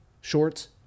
shorts